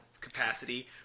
capacity